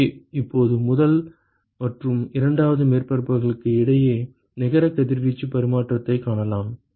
எனவே இப்போது முதல் மற்றும் இரண்டாவது மேற்பரப்புக்கு இடையில் நிகர கதிர்வீச்சு பரிமாற்றத்தைக் காணலாம்